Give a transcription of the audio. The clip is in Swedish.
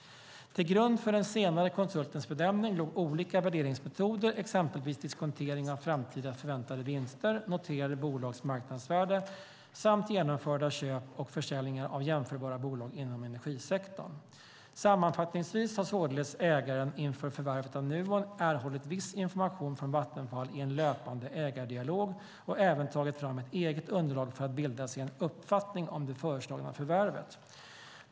Till grund för den senare konsultens bedömning låg olika värderingsmetoder, exempelvis diskontering av framtida förväntade vinster, noterade bolags marknadsvärde samt genomförda köp och försäljningar av jämförbara bolag inom energisektorn. Sammanfattningsvis har således ägaren inför förvärvet av Nuon erhållit viss information från Vattenfall i en löpande ägardialog och även tagit fram ett eget underlag för att bilda sig en uppfattning om det föreslagna förvärvet.